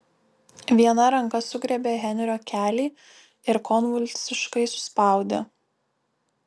viena ranka sugriebė henrio kelį ir konvulsiškai suspaudė